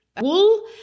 wool